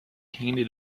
handed